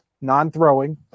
non-throwing